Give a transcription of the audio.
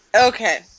Okay